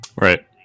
Right